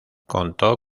contó